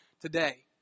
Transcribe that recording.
today